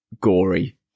gory